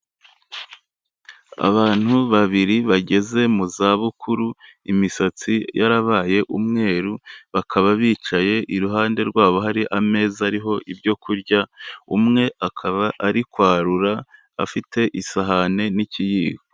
Abantu babiri bageze mu zabukuru, imisatsi yarabaye umweru, bakaba bicaye, iruhande rwabo hari ameza ariho ibyo kurya, umwe akaba ari kwarura afite isahani n'ikiyiko.